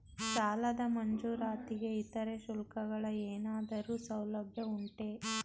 ಸಾಲದ ಮಂಜೂರಾತಿಗೆ ಇತರೆ ಶುಲ್ಕಗಳ ಏನಾದರೂ ಸೌಲಭ್ಯ ಉಂಟೆ?